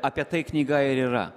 apie tai knyga ir yra